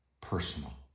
personal